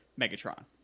Megatron